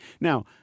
Now